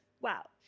Wow